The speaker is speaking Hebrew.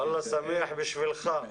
שמח בשבילך.